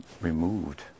removed